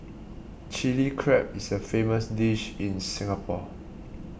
Chilli Crab is a famous dish in Singapore